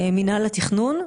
מינהל התכנון,